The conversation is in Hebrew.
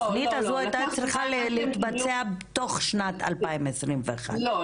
התוכנית הזאת הייתה צריכה להתבצע בתוך שנת 2021. לא,